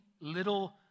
little